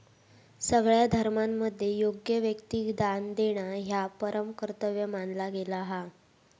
सगळ्या धर्मांमध्ये योग्य व्यक्तिक दान देणा ह्या परम कर्तव्य मानला गेला हा